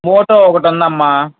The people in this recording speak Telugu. మోటో ఒకటి ఉందమ్మా